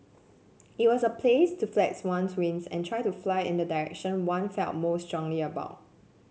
it was a place to flex one's wings and try to fly in the direction one felt most strongly about